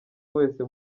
wese